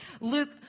Luke